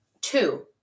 two